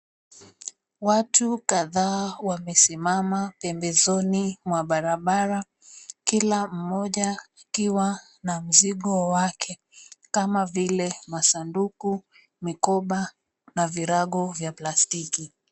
Watu kadhaa wamesimama pembezoni mwa barabara kila mmoja akiwa na mzigo wake kama vile masanduku, mikoba na virago vya plastiki.